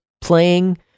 playing